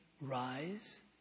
rise